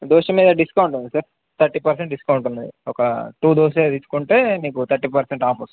దోశ మీద డిస్కౌంట్ ఉంది స థర్టీ పర్సెంట్ డిస్కౌంట్ ఉంది ఒక టూ దోసేదిచ్చుకుంటే మీకు థర్టీ పర్సెంట్ ఆఫర్ సార్